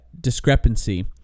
discrepancy